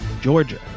Georgia